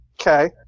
Okay